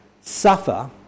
suffer